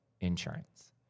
insurance